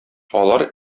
алар